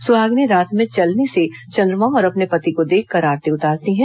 सुहागिनें रात में चलनी से चंद्रमा और अपने पति को देखकर आरती उतारती हैं